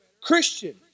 Christian